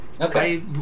Okay